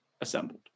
assembled